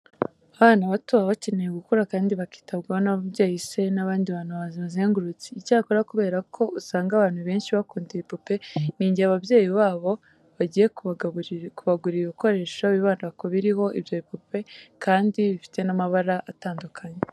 Abana bato baba bakeneye gukura kandi bakitabwaho n'ababyeyi cyangwa se n'abandi bantu babazengurutse. Icyakora kubera ko usanga abana benshi bakunda ibipupe, n'igihe ababyeyi babo bagiye kubagurira ibikoresho bibanda ku biriho ibyo bipupe kandi bifite n'amabara atandukanye.